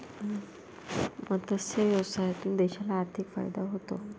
मत्स्य व्यवसायातून देशाला आर्थिक फायदा होतो